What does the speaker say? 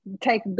take